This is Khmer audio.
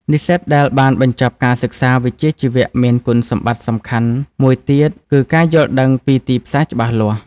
និស្សិតដែលបានបញ្ចប់ការសិក្សាវិជ្ជាជីវៈមានគុណសម្បត្តិសំខាន់មួយទៀតគឺ ការយល់ដឹងពីទីផ្សារច្បាស់លាស់។